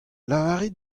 lavarit